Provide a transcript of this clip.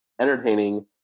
entertaining